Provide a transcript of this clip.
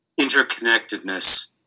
interconnectedness